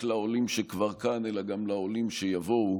לעולים שכבר כאן אלא גם לעולים שיבואו,